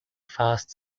fast